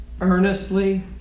Earnestly